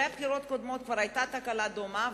בבחירות הקודמות כבר היתה תקלה דומה,